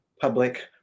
Public